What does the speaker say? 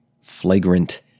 flagrant